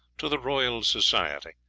to the royal society,